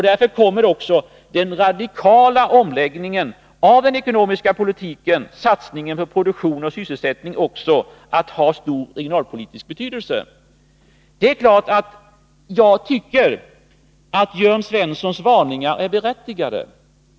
Därför kommer också den radikala omläggningen av den ekonomiska politiken, satsningen på produktion och sysselsättning, att ha en stor regionalpolitisk betydelse. Jag tycker att Jörn Svenssons varningar är berättigade.